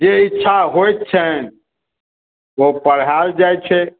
जे इच्छा होइत छनि ओ पढ़ायल जाइ छै